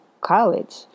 college